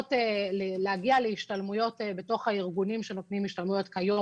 להגיע להשתלמויות בתוך הארגונים שנותנים השתלמויות כיום